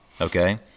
okay